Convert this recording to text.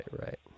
right